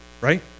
right